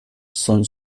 son